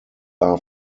are